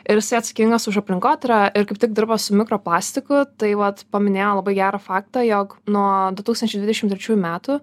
ir jisai atsakingas už aplinkotyrą ir kaip tik dirba su mikro plastiku tai vat paminėjo labai gerą faktą jog nuo du tūkstančiai dvidešim trečiųjų metų